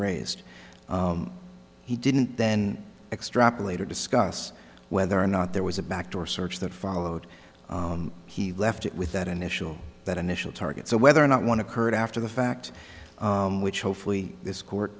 raised he didn't then extrapolate or discuss whether or not there was a back door search that followed he left it with that initial that initial target so whether or not want to hurt after the fact which hopefully this court